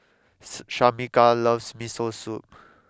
Shameka loves Miso Soup